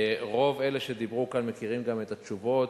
רוב אלה שדיברו כאן מכירים גם את התשובות,